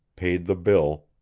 paid the bill,